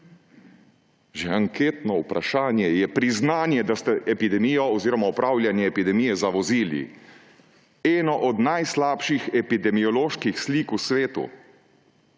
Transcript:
anketno vprašanje je priznanje, da ste upravljanje epidemije zavozili. Eno od najslabših epidemioloških slik v svetu.